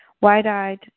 Wide-eyed